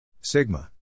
Sigma